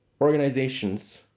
organizations